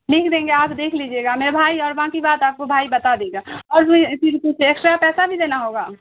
لکھ دیں گے آپ دیکھ لیجیے گا میرا بھائی اور باقی بات کو بھائی بتا دے گا اور پھر اسے ایکسٹرا پیسہ بھی دینا ہوگا